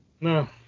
No